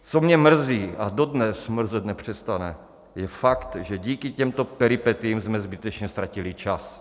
Co mě mrzí a dodnes mrzet nepřestane, je fakt, že díky těmto peripetiím jsme zbytečně ztratili čas.